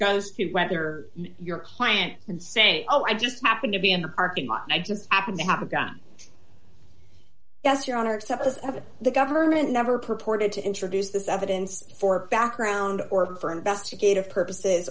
goes to whether your client and say oh i just happened to be in the parking lot and i just happened to have a gun yes your honor except as ever the government never purported to introduce this evidence for background or for investigative purposes